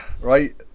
right